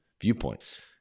viewpoints